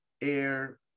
air